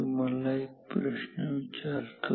तर आता मी तुम्हाला एक प्रश्न विचारतो